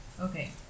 Okay